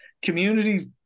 Communities